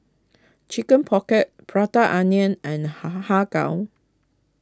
Chicken Pocket Prata Onion and Har Har Har Kow